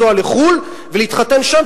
לנסוע לחוץ-לארץ ולהתחתן שם,